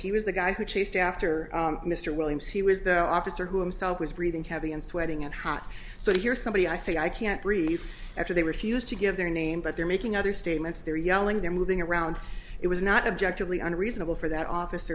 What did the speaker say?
he was the guy who chased after mr williams he was the officer who himself was breathing heavy and sweating and hot so here's somebody i think i can't repeat after they refused to give their name but they're making other statements there yelling they're moving around it was not objective leon reasonable for that office